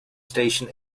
station